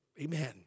Amen